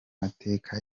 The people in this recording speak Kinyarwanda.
mateka